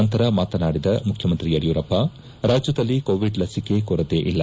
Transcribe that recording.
ನಂತರ ಮಾತನಾಡಿದ ಮುಖ್ಯಮಂತ್ರಿ ಯಡಿಯೂರಪ್ಪ ರಾಜ್ಯದಲ್ಲಿ ಕೋವಿಡ್ ಲಸಿಕೆ ಕೊರತೆ ಇಲ್ಲ